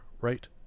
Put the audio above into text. right